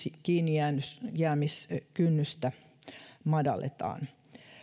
kiinnijäämiskynnystä madalletaan